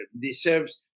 deserves